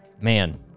man